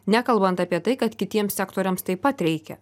nekalbant apie tai kad kitiems sektoriams taip pat reikia